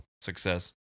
success